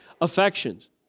affections